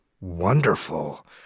Wonderful